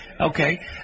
Okay